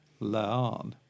Laan